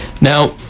now